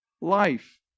life